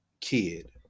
kid